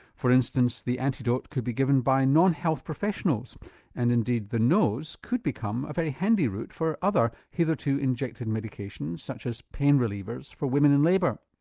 for instance the antidote could be given by non-health professionals and indeed the nose could become a very handy route for other hitherto hitherto injected medications such as pain relievers for women in labour.